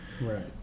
Right